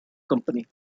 company